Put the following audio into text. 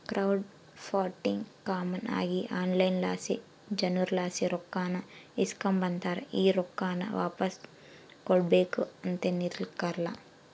crowd funding common ಆಗಿ online ಲಾಸಿ ಜನುರ್ಲಾಸಿ ರೊಕ್ಕಾನ ಇಸ್ಕಂಬತಾರ, ಈ ರೊಕ್ಕಾನ ವಾಪಾಸ್ ಕೊಡ್ಬಕು ಅಂತೇನಿರಕ್ಲಲ್ಲ